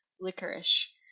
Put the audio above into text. licorice